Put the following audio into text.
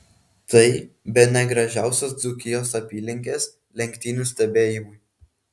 tai bene gražiausios dzūkijos apylinkės lenktynių stebėjimui